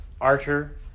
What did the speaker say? Archer